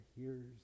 hears